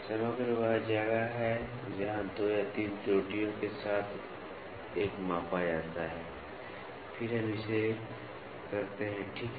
समग्र वह जगह है जहां 2 या 3 त्रुटियों को एक साथ मापा जाता है और फिर हम इसे करते हैं ठीक है